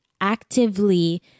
actively